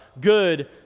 good